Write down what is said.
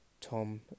Tom